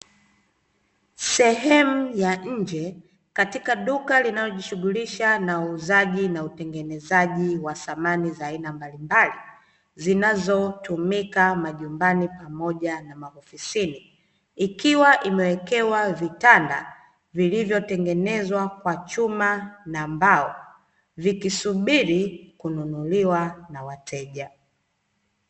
Sehemu ya nje katika duka linalojishughulisha na uuzaji na utengenezaji wa samani za aina mbalimbali zinazotumika majumbani pamoja na maofisini, ikiwa imewekewa vitanda vilivyotengenezwa kwa chuma na mbao vikisubiri kununuliwa na wateja.